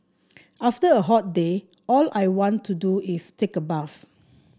after a hot day all I want to do is take a bath